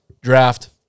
draft